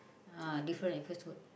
uh different episode